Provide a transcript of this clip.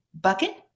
bucket